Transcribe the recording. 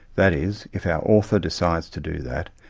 that is, if our author decides to do that,